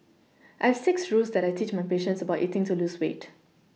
I have six rules that I teach my patients about eating to lose weight